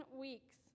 weeks